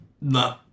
no